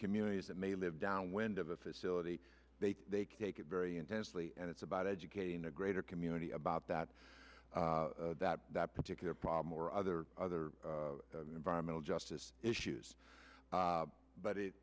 communities that may live downwind of a facility they take it very intensely and it's about educating a greater community about that that that particular problem or other other environmental justice issues but